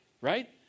right